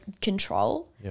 control